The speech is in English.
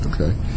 Okay